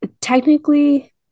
technically